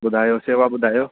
ॿुधायो सेवा ॿुधायो